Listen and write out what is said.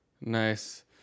Nice